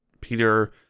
Peter